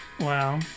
wow